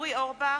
אורי אורבך,